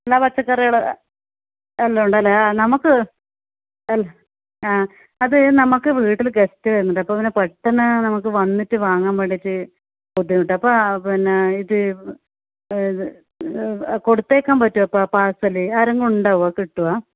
എല്ലാ പച്ചക്കറികളും എല്ലാം ഉണ്ടല്ലേ ആ നമുക്ക് അത് നമുക്ക് വീട്ടിൽ ഗസ്റ്റ് വരുന്നുണ്ട് അപ്പോൾ പിന്നെ പെട്ടെന്ന് നമുക്ക് വന്നിട്ട് വാങ്ങാൻ വേണ്ടിയിട്ട് ബുദ്ധിമുട്ടാണ് അപ്പം പിന്നെ ഇത് കൊടുത്തയക്കാൻ പറ്റുമോ ഇപ്പം പാഴ്സല് ആരെങ്കിലും ഉണ്ടാവുമോ കിട്ടുമോ